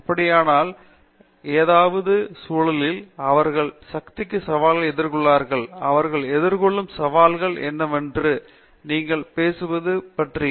அப்படியானால் அதாவது அந்த சூழலில் அவர்கள் சந்திக்கும் சவால்களை எதிர்கொள்கிறார்கள் அவர்கள் எதிர்கொள்ளும் சவால்கள் என்னவென்றால் எப்படி நீங்கள் பேசுவது என்பதைப் பற்றி